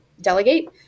delegate